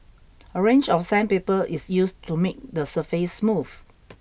a range of sandpaper is used to make the surface smooth